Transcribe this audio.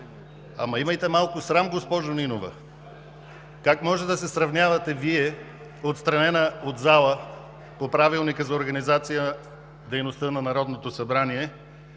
ама имайте малко срам, госпожо Нинова. Как може да се сравнявате Вие, отстранена от залата по Правилника за организацията и дейността на Народното събрание,